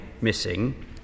missing